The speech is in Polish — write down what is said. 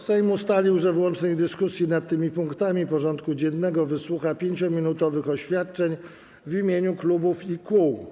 Sejm ustalił, że w łącznej dyskusji nad tymi punktami porządku dziennego wysłucha 5-minutowych oświadczeń w imieniu klubów i kół.